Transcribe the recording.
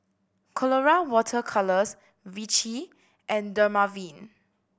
Colora Water Colours Vichy and Dermaveen